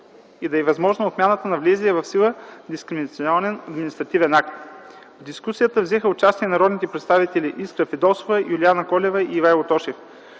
и да е възможна отмяната на влезлия в сила дискриминационен административен акт. В дискусията взеха участие народните представители Искра Фидосова, Юлиана Колева и Ивайло Тошев.